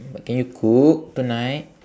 but can you cook tonight